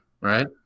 right